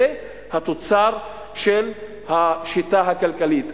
זה התוצר של השיטה הכלכלית.